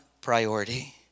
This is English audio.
priority